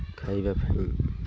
ଖାଇବା ପାଇଁ